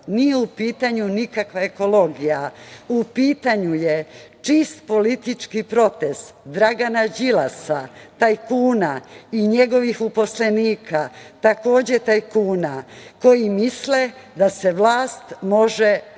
nije u pitanju nikakva ekologija, u pitanju je čist politički protest Dragana Đilasa tajkuna i njegovih uposlenika, takođe tajkuna, koji misle da se vlast može osvojiti